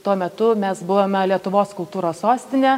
tuo metu mes buvome lietuvos kultūros sostine